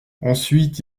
ensuite